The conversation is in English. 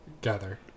gather